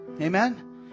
Amen